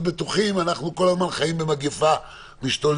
בטוחים אנחנו כל הזמן חיים במגיפה משתוללת.